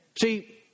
See